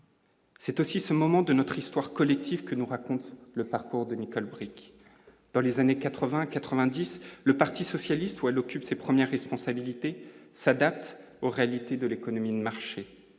C'est aussi ce moment de notre histoire collective que nous raconte le parcours de Nicole Bricq, dans les années 80 90, le Parti socialiste, où elle occupe ses premières responsabilités s'adapte aux réalités de l'économie de marché,